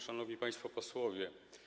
Szanowni Państwo Posłowie!